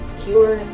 cure